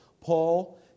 Paul